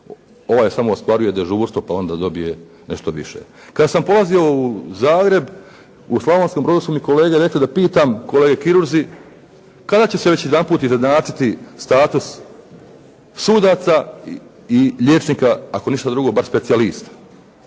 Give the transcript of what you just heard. ovaj samo ostvaruje dežurstvo pa onda dobije nešto više. Kada sam polazio u Zagreb, u Slavonskom Brodu su mi kolege rekle da pitam, kolege kirurzi, kada će se već jedanput izjednačiti status sudaca i liječnika ako ništa drugo bar specijalista.